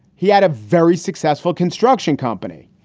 he had a very successful construction company.